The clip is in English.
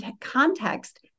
context